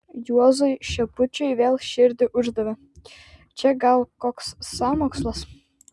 juozui šepučiui vėl širdį uždavė čia gal koks sąmokslas